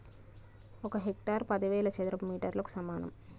ఒక హెక్టారు పదివేల చదరపు మీటర్లకు సమానం